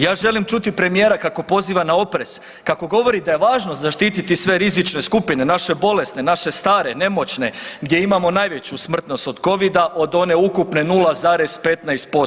Ja želim čuti premijera kako poziva na oprez, kako govori da je važno zaštiti sve rizične skupine, naše bolesne, naše stare, nemoćne, gdje imamo najveću smrtnost od covida od one ukupne 0,15%